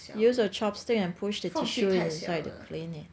use a chopstick and push a tissue inside to clean it